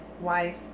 wife